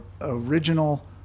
original